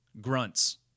Grunts